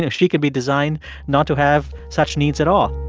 ah she could be designed not to have such needs at all